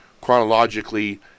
chronologically